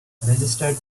registered